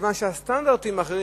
מכיוון שהסטנדרטים הם אחרים.